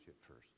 first